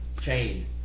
Chain